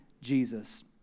Jesus